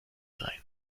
sein